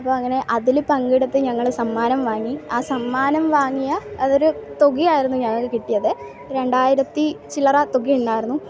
അപ്പോൾ അങ്ങനെ അതിൽ പങ്കെടുത്ത് ഞങ്ങൾ സമ്മാനം വാങ്ങി ആ സമ്മാനം വാങ്ങിയ അതൊരു തുകയായിരുന്നു ഞങ്ങൾക്ക് കിട്ടിയത് രണ്ടായിരത്തി ചില്ലറ തുകയുണ്ടായിരുന്നു